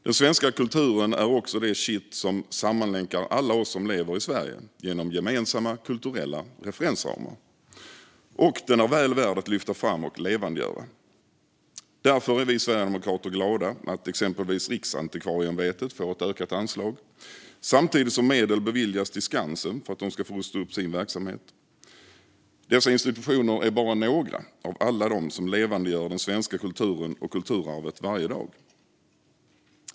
Den svenska kulturen är också det kitt som sammanlänkar alla oss som lever i Sverige genom gemensamma kulturella referensramar, och den är väl värd att lyfta fram och levandegöra. Därför är vi sverigedemokrater glada att exempelvis Riksantikvarieämbetet får ett ökat anslag samtidigt som medel beviljas till Skansen för att de ska få rusta upp sin verksamhet. Dessa institutioner är bara några av alla de som levandegör den svenska kulturen och kulturarvet varje dag.